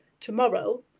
tomorrow